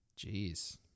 Jeez